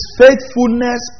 faithfulness